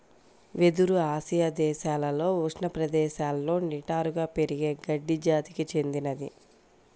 వెదురు ఆసియా దేశాలలో ఉష్ణ ప్రదేశాలలో నిటారుగా పెరిగే గడ్డి జాతికి చెందినది